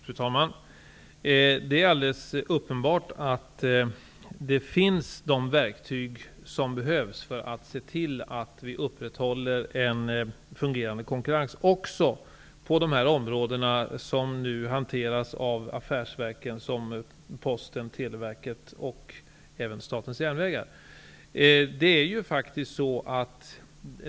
Fru talman! Det är alldeles uppenbart att de verktyg finns som behövs för att se till att vi upprätthåller en fungerande konkurrens även på de områden som nu hanteras av affärsverken, dvs. Posten, Televerket och Statens järnvägar.